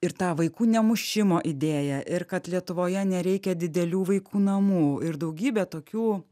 ir tą vaikų nemušimo idėją ir kad lietuvoje nereikia didelių vaikų namų ir daugybė tokių